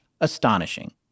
astonishing